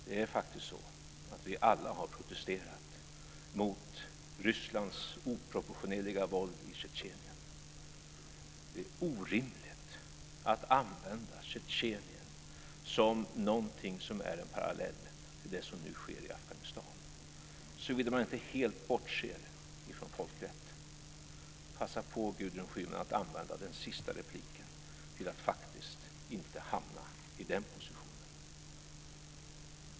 Det är faktiskt så att vi alla har protesterat mot Rysslands oproportionerliga våld i Tjetjenien. Det är orimligt att använda Tjetjenien som någonting som är en parallell till det som nu sker i Afghanistan, såvida man inte helt bortser från folkrätt. Passa på, Gudrun Schyman, att använda den sista repliken till att faktiskt inte hamna i den positionen!